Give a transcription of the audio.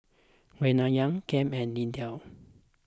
Reanna Cam and Lindell